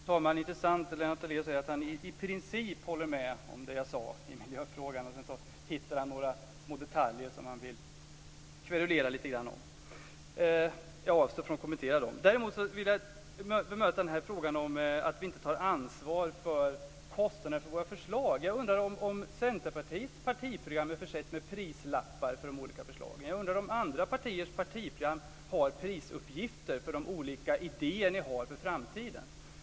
Fru talman! Det är intressant att Lennart Daléus säger att han i princip håller med om det jag sade i miljöfrågan. Sedan hittar han några små detaljer som han vill kverulera lite grann om. Jag avstår från att kommentar dem. Däremot vill jag bemöta frågan om att vi inte tar ansvar för kostnaden för våra förslag. Jag undrar om Centerpartiets partiprogram är försett med prislappar för de olika förslagen. Jag undrar om andra partiers partiprogram har prisuppgifter för de olika idéer ni har för framtiden.